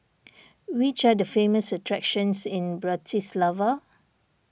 which are the famous attractions in Bratislava